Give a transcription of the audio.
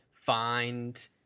find